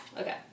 okay